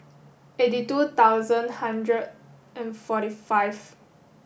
eighty two thousand hundred and forty five